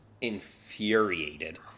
infuriated